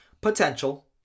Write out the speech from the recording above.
potential